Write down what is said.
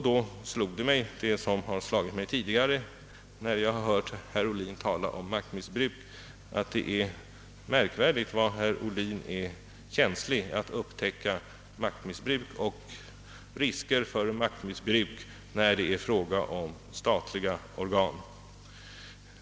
Det slog mig då — liksom tidigare när jag hört herr Ohlin tala om maktmissbruk — att det är märkvärdigt vad herr Ohlin är känslig när det gäller att upptäcka maktmissbruk och risker för detta då det är fråga om statliga organ.